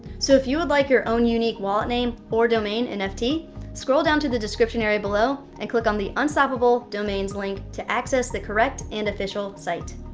so if you would like your own unique wallet name or domain and nft, scroll down to the description area below and click on the unstoppable domains link to access the correct, and official site.